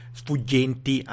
sfuggenti